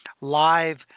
live